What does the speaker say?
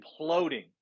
imploding